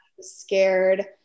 scared